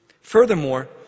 Furthermore